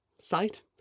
site